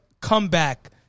comeback